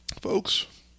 folks